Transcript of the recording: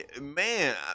man